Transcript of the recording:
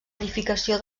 edificació